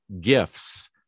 gifts